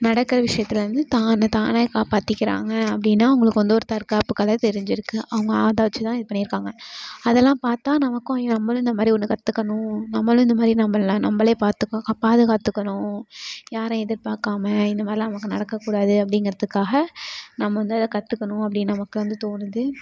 நடக்கிற விஷயத்துலேருந்து தன்னத்தானே காப்பாற்றிக்கிறாங்க அப்படின்னா அவங்களுக்கு வந்து ஒரு தற்காப்புக் கலை தெரிஞ்சுருக்கு அவங்க அதை வச்சு தான் இது பண்ணியிருக்காங்க அதெல்லாம் பார்த்தா நமக்கும் ஐயோ நம்மளும் இந்த மாதிரி ஒன்று கற்றுக்கணும் நம்மளும் இந்த மாதிரி நம்மள நம்மளே பார்த்துக்க க பாதுகாத்துக்கணும் யாரை எதிர்பார்க்காம இந்த மாதிரிலாம் நமக்கு நடக்கக்கூடாது அப்படிங்கிறதுக்காக நம்ம வந்து அதை கற்றுக்கணும் அப்படி நமக்கு வந்து தோணுது